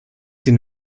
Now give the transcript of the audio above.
den